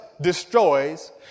destroys